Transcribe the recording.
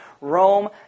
Rome